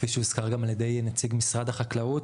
כפי שהוזכר גם על ידי נציג משרד החקלאות.